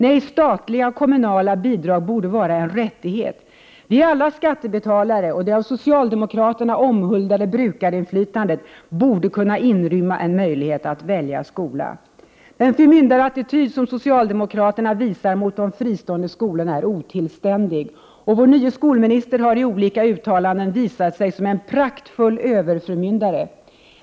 Nej, statliga och kommunala bidrag borde vara en rättighet. Vi är alla skattebetalare, och det av socialdemokraterna omhuldade brukarinflytandet borde kunna inrymma en möjlighet att välja skola. Den förmyndarattityd som socialdemokraterna visar mot de fristående skolorna är otillständig. Vår nye skolminister har i olika uttalanden visat sig som en praktfull ”överförmyndare”.